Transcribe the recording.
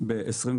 ב-26